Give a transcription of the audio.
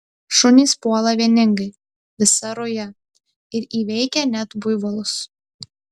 šunys puola vieningai visa ruja ir įveikia net buivolus